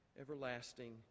everlasting